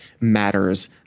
matters